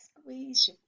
squeeze